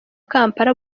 kampala